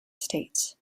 states